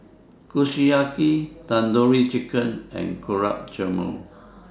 Kushiyaki Tandoori Chicken and Gulab Jamun